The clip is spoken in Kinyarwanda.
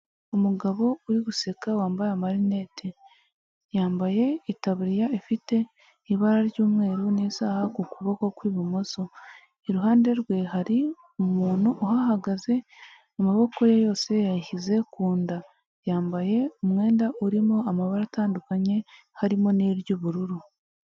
Umugabo uri guseka wambaye amarinete yambaye itaburiya ifite ibara ry'umweru n'isaha ku kuboko kw'ibumoso, iruhande rwe hari umuntu uhahagaze amaboko ye yose yayashyize ku nda, yambaye umwenda urimo amabara atandukanye harimo n'iry'ubururu.